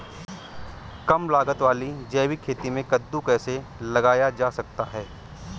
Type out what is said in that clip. कम लागत वाली जैविक खेती में कद्दू कैसे लगाया जा सकता है?